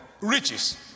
Riches